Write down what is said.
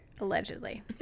allegedly